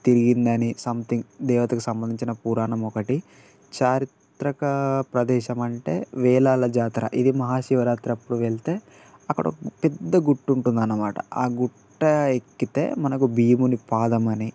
తిరిగిందని something దేవతకు సంబంధించిన పురాణం ఒకటి చారిత్రక ప్రదేశం అంటే వేలాల జాతర ఇది మహాశివరాత్రి అప్పుడు వెళ్తే అక్కడ పెద్ద గుట్టు ఉంటుంది అనమాట ఆ గుట్ట ఎక్కితే మనకు భీముని పాదము అని